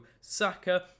Saka